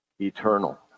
eternal